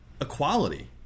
equality